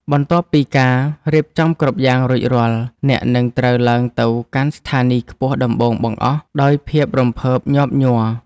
បន្ទាប់ពីការរៀបចំគ្រប់យ៉ាងរួចរាល់ អ្នកនឹងត្រូវឡើងទៅកាន់ស្ថានីយខ្ពស់ដំបូងបង្អស់ដោយភាពរំភើបញាប់ញ័រ។